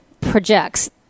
projects